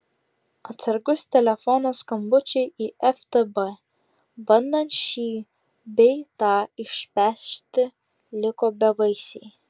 atsargūs telefono skambučiai į ftb bandant šį bei tą išpešti liko bevaisiai